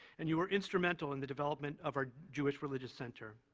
and you were instrumental in the development of our jewish religious center.